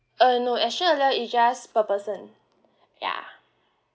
uh no insurance is just per person ya